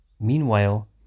Meanwhile